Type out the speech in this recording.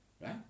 right